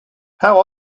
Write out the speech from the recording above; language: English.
how